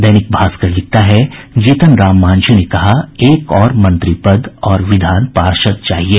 दैनिक भास्कर ने लिखा है जीतन राम मांझी ने कहा एक और मंत्री पद और विधान पार्षद चाहिये